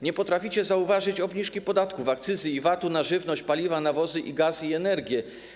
Nie potraficie zauważyć obniżki podatków, akcyzy i VAT-u na żywność, paliwa, nawozy, gaz i energię.